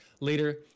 later